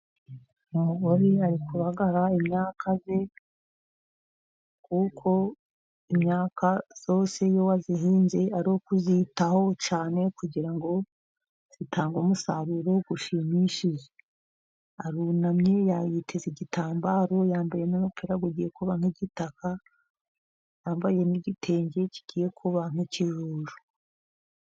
Umugore ari kubagara imyaka ye, kuko imyaka yose iyo wayihinze ari ukuyitaho cyane, kugira ngo itange umusaruro ushimishije, arunamye yiteze igitambaro yambaye n'umupira ugiye kuba nk'igitaka, yambaye n'igitenge kigiye kuba nk'ikijuju.